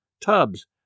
tubs